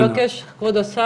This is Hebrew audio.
אז אני מבקשת, כבוד השר,